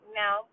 now